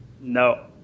No